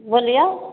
बोलियौ